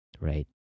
Right